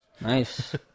Nice